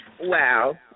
Wow